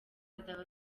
azaba